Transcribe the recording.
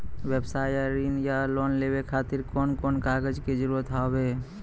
व्यवसाय ला ऋण या लोन लेवे खातिर कौन कौन कागज के जरूरत हाव हाय?